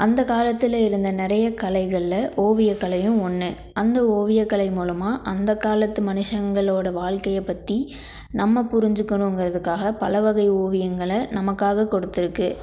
அந்த காலத்தில் இருந்த நிறைய கலைகளில் ஓவியக் கலையும் ஒன்று அந்த ஓவிய கலை மூலமாக அந்த காலத்து மனுஷங்களோடயை வாழ்க்கைய பற்றி நம்ம புரிஞ்சுக்கணுங்கிறதுக்காக பல வகை ஓவியங்களை நமக்காக கொடுத்துருக்குது